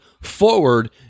Forward